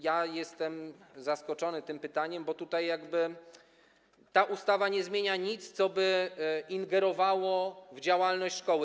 Ja jestem zaskoczony tym pytaniem, bo tutaj ta ustawa nie zmienia nic, co by ingerowało w działalność szkoły.